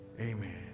Amen